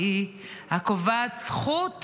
כדי לשלב את